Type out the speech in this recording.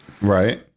Right